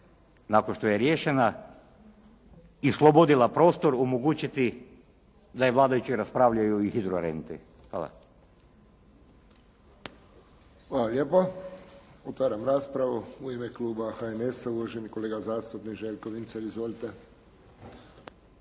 nakon što je riješena i oslobodila prostor omogućiti da i vladajući raspravljao i o hidro renti. Hvala. **Friščić, Josip (HSS)** Hvala lijepo. Otvaram raspravu. U ime kluba HNS-a uvaženi zastupnik Željko Vincelj. Izvolite.